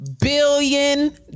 Billion